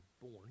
born